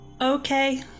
Okay